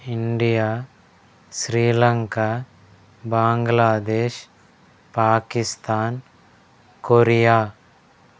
India Sri Lanka Bangladesh Pakistan Korea